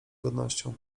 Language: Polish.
godnością